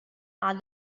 are